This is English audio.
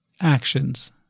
actions